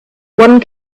one